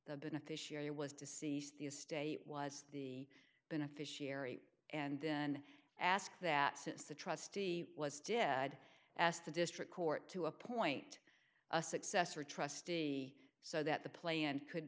the beneficiary was to cease the estate was the beneficiary and then ask that since the trustee was dead ass the district court to appoint a successor trustee so that the play and could